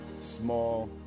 small